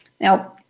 Now